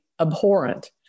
abhorrent